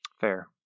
Fair